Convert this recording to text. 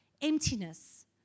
emptiness